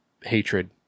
hatred